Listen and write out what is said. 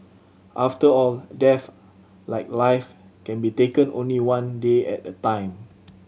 after all death like life can be taken only one day at a time